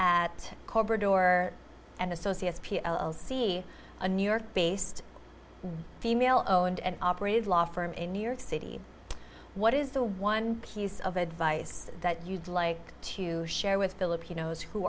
at corporate door and associates p l c a new york based female owned and operated law firm in new york city what is the one piece of advice that you'd like to share with filipinos who